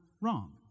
wrong